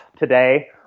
today